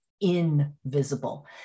invisible